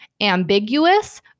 ambiguous